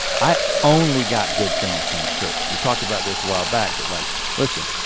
i only got good things from the church. we talked about this while back that like listen,